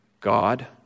God